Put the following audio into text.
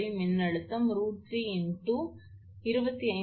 74 ஆக இருக்கும் எனவே இது 44